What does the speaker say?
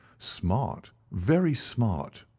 smart very smart!